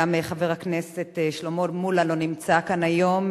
גם חבר הכנסת שלמה מולה לא נמצא כאן היום,